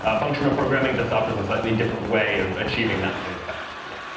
ah functional programming just offers a slightly different way of achieving that same effect, yeah.